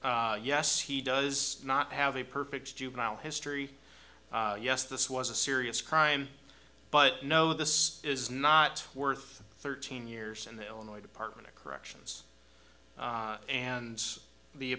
and yes he does not have a perfect juvenile history yes this was a serious crime but no this is not worth thirteen years in the illinois department of corrections and the